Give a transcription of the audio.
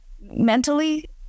mentally